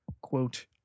quote